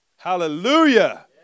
Hallelujah